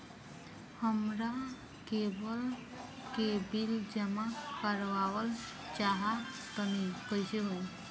हमरा केबल के बिल जमा करावल चहा तनि कइसे होई?